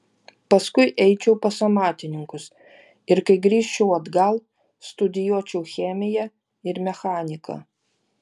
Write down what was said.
paskui eičiau pas amatininkus ir kai grįžčiau atgal studijuočiau chemiją ir mechaniką